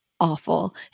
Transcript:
awful